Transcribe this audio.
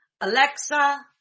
Alexa